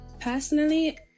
Personally